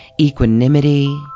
equanimity